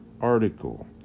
article